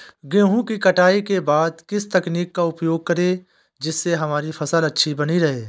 गेहूँ की कटाई के बाद किस तकनीक का उपयोग करें जिससे हमारी फसल अच्छी बनी रहे?